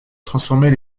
transformer